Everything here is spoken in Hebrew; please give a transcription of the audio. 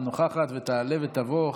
נוכחת ותעלה ותבוא.